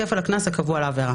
כפל הקנס הקבוע לעבירה".